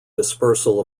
dispersal